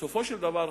בסופו של דבר,